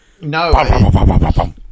No